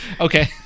Okay